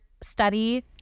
study